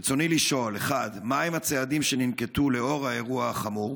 ברצוני לשאול: 1. מהם הצעדים שננקטו לאור האירוע החמור?